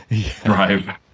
drive